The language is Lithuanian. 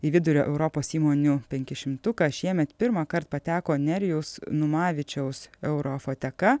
į vidurio europos įmonių penkišimtuką šiemet pirmąkart pateko nerijaus numavičiaus eurofoteka